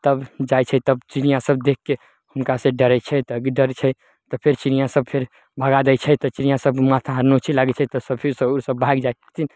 तब जाइ छै तब चिड़ियाँ सब देखके हुनका से डरै छै तऽ गिद्दर छै तऽ फेर चिड़ियाँ सब फेर भगा दै छै तऽ चिड़ियाँ सब माथा आर नोँचे लागै छै तऽ फिर से ओसब भागि जाइ छथिन